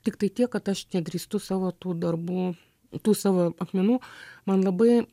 tiktai tiek kad aš nedrįstu savo tų darbų tų savo akmenų man labai